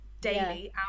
Daily